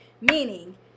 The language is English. Meaning